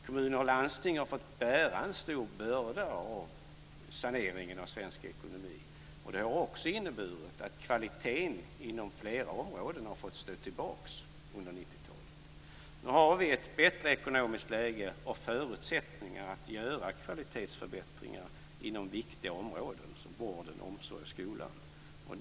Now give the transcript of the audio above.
Kommuner och landsting har fått bära en stor börda när det gäller saneringen av svensk ekonomi. Det har också inneburit att kvaliteten inom flera områden har fått stå tillbaka under 90-talet. Nu har vi ett bättre ekonomiskt läge och förutsättningar att göra kvalitetsförbättringar inom viktiga områden som vården, omsorgen och skolan.